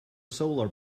solar